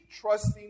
trusting